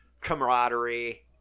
camaraderie